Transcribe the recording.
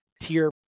tier